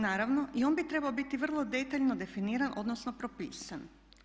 Naravno i on bi trebao biti vrlo detaljno definiran odnosno propisan.